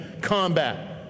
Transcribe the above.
combat